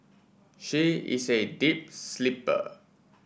she is a deep sleeper